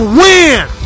win